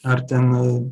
ar ten